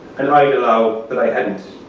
and i allow that i hadn't.